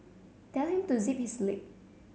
tell him to zip his lip